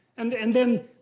and and then,